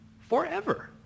forever